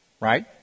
Right